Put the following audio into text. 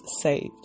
saved